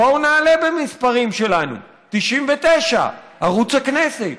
בואו נעלה במספרים שלנו, 99, ערוץ הכנסת.